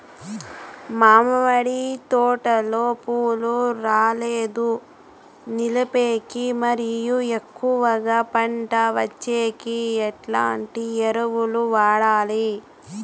మామిడి తోటలో పూలు రాలేదు నిలిపేకి మరియు ఎక్కువగా పంట వచ్చేకి ఎట్లాంటి ఎరువులు వాడాలి?